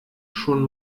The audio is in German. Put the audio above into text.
schon